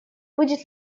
будет